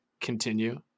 continue